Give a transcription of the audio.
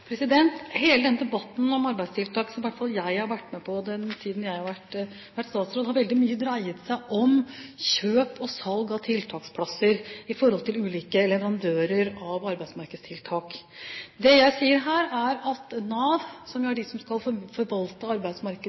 Hele denne debatten om arbeidstiltak – som i hvert fall jeg har vært med på i den tiden jeg har vært statsråd – har veldig mye dreid seg om kjøp og salg av tiltaksplasser i forhold til ulike leverandører av arbeidsmarkedstiltak. Det jeg sier her, er at Nav – som er de som skal forvalte